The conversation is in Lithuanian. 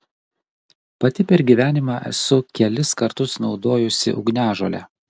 pati per gyvenimą esu kelis kartus naudojusi ugniažolę